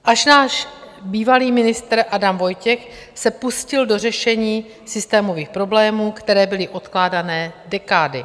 Až náš bývalý ministr Adam Vojtěch se pustil do řešení systémových problémů, které byly odkládané dekády.